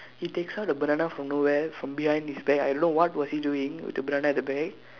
he takes out a banana from nowhere from behind his back I don't know what he was doing with the banana at the back